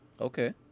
Okay